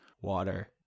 water